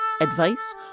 advice